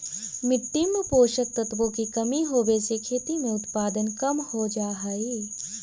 मिट्टी में पोषक तत्वों की कमी होवे से खेती में उत्पादन कम हो जा हई